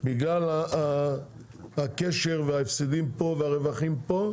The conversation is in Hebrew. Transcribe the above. בגלל הקשר וההפסדים פה והרווחים פה,